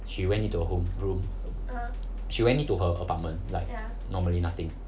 she went into home room she went into her apartment like normally nothing